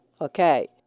Okay